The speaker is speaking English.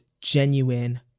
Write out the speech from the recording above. genuine